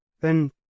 Then